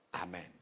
Amen